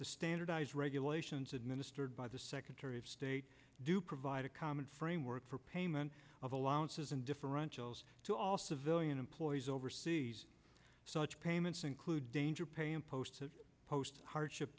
the standardized regulations administered by the secretary of state do provide a common framework for payment of allowances and different to all civilian employees overseas such payments include danger pay and post to post hardship